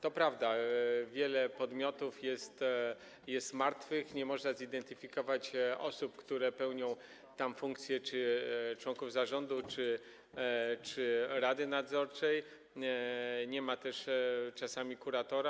To prawda, wiele podmiotów jest martwych, nie można zidentyfikować osób, które pełnią tam funkcje czy członków zarządu, czy rady nadzorczej, czasami nie ma też kuratora.